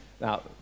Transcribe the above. Now